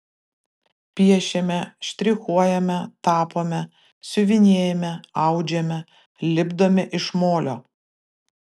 piešiame štrichuojame tapome siuvinėjame audžiame lipdome iš molio